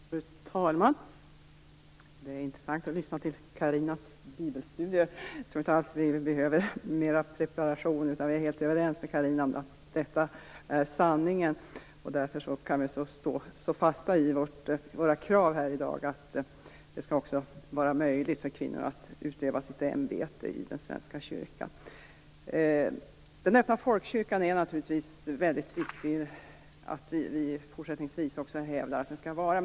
Fru talman! Det är intressant att lyssna till Carinas bibelstudier. Jag tror inte alls att vi behöver mer preparation, utan vi är helt överens med Carina om att detta är sanningen. Därför kan vi stå så fasta vid våra krav här i dag, att det också skall vara möjligt för kvinnor att utöva sitt ämbete i den svenska kyrkan. Det är naturligtvis viktigt att vi även fortsättningsvis hävdar den öppna folkkyrkans existens.